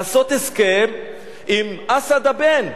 לעשות הסכם עם אסד הבן,